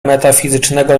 metafizycznego